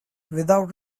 without